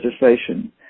legislation